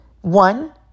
one